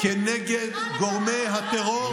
כנגד גורמי הטרור, וטוב שכך.